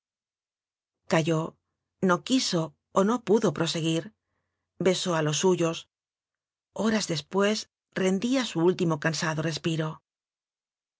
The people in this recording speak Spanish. calló no quiso o no pudo proseguir besó a los suyos horas después rendía su último cansado respiro